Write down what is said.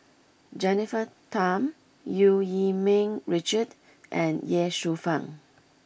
Jennifer Tham Eu Yee Ming Richard and Ye Shufang